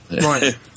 Right